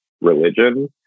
religion